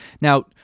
Now